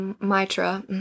mitra